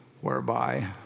whereby